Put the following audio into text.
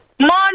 Morning